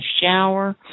shower